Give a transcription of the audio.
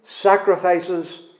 sacrifices